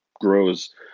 grows